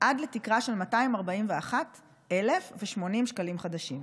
עד לתקרה של 241,080 שקלים חדשים.